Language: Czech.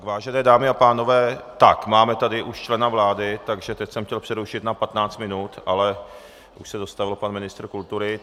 Vážené dámy a pánové, tak, máme tady už člena vlády, takže teď jsem chtěl přerušit na 15 minut, ale už se dostavil pan ministr kultury.